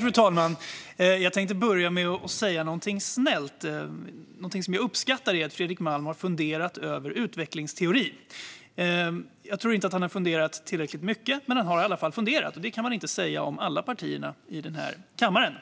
Fru talman! Jag tänkte börja med att säga någonting snällt. Jag uppskattar att Fredrik Malm har funderat över utvecklingsteori. Jag tror inte att han har funderat tillräckligt mycket, men han har i alla fall funderat. Det kan man inte säga om alla partier här i kammaren.